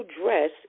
dress